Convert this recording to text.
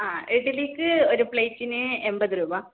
ആ ഇഡ്ലിക്ക് ഒരു പ്ലേറ്റിന് എൺപത് രൂപ